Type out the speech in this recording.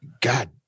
God